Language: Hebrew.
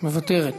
מוותרת.